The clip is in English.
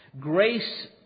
Grace